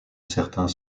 certains